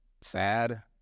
sad